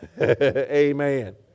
Amen